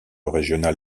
régional